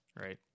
right